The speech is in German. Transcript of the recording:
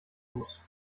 muss